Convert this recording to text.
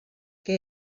que